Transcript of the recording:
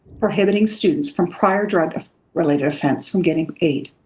prohibiting students from prior drug ah related offense from getting aid.